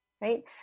right